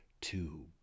two